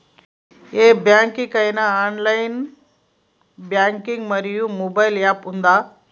ఏ bank కి ఐనా online banking మరియు మొబైల్ యాప్ ఉందా?